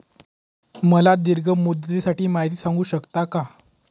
मला दीर्घ मुदतीसाठी माहिती सांगू शकता का?